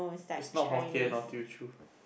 is not hokkien or Teochew